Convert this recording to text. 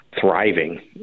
thriving